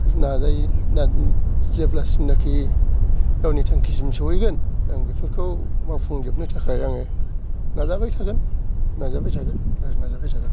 नाजायो जेब्लासिम नाखि गावनि थांखि सिम सहैगोन आं बेफोरखौ मावफुं जोबनो थाखाय आङो नाजाबाय थागोन नाजाबाय थागोन आरो नाजाबाय थागोन